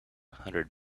hundred